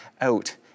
out